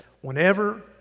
whenever